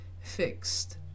fixed